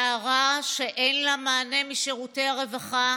נערה שאין לה מענה משירותי הרווחה: